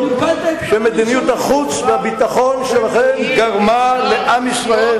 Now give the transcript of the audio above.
שמדיניות החוץ והביטחון שלכם גרמה לעם ישראל.